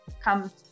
come